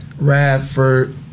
Radford